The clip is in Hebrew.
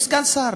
יש סגן שר,